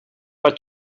but